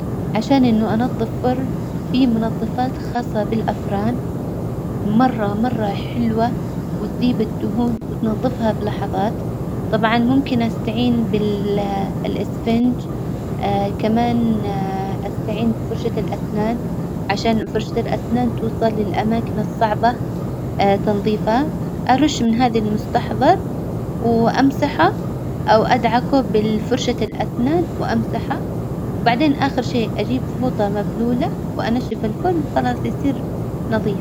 عشان إنه أنظف فرن، في منظفات خاصة بالأفران مرة مرة حلوة وتذيب الدهون وتنظفها بلحظات، طبعا ممكن أستعين بال- الإسفنج كمان أستعين بفرشة الأسنان، عشان فرشة الأسنان توصل للأماكن الصعبة تنظيفها، أرش من هذي المستحظر وأمسحه أو أدعكه بالفرشة الأسنان وأمسحه، وبعدين أخر شي أجيب فوطة مبلولة وأنشف الفرن، وخلاص يصير نظيف.